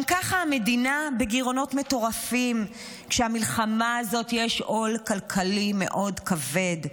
גם ככה המדינה בגירעונות מטורפים כשמהמלחמה הזו יש עול כלכלי מאוד כבד,